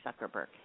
Zuckerberg